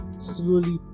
slowly